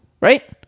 Right